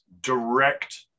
direct